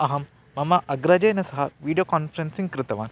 अहं मम अग्रजेन सह वीडियो कान्फ़ेरेन्सिङ्ग् कृतवान्